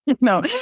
No